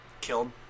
killed